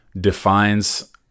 defines